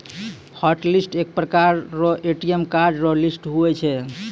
hotlist एक प्रकार रो ए.टी.एम कार्ड रो लिस्ट हुवै छै